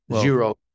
zero